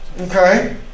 Okay